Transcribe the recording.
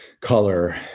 color